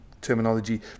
terminology